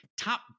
top